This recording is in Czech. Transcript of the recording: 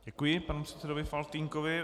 Děkuji panu předsedovi Faltýnkovi.